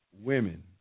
women